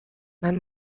man